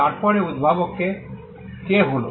তারপরে উদ্ভাবক কে হল